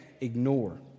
ignore